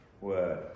word